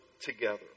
together